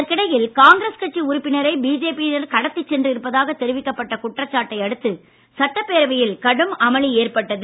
இதற்கிடையில் காங்கிரஸ் கட்சி உறுப்பினரை பிஜேபி யினர் கடத்திச் சென்றிருப்பதாக தெரிவிக்கப்பட்ட குற்றச்சாட்டை அடுத்து சட்டப்பேரவையில் கடும் அமளி ஏற்பட்டது